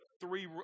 three